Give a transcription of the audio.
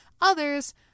Others